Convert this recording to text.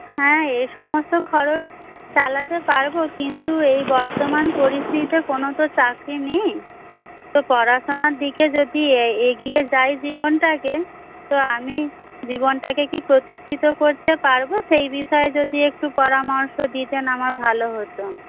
হ্যাঁ এ সমস্ত খরচ চালাতে পারব কিন্তু এই বর্তমান পরিস্থিতিতে কোনো তো চাকরি নেই তো পড়াশোনার দিকে যদি এগিয়ে যাই জীবনটাকে তো আমি জীবনটাকে কি প্রতিষ্ঠিত করতে পারব সেই বিষয়ে যদি একটু পরামর্শ দিতেন আমার ভালো হতো